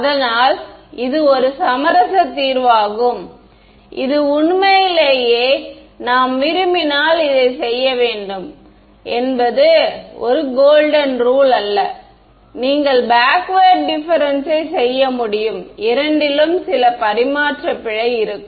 அதனால் இது ஒரு சமரச தீர்வாகும் இது உண்மையிலேயே நாம் விரும்பினால் இதைச் செய்ய வேண்டும் என்பது ஒரு கோல்டன் ரூல் அல்ல நீங்கள் பேக்வேர்டு டிஃபரென்ஸ் யை செய்ய முடியும் இரண்டிலும் சில பரிமாற்ற பிழை இருக்கும்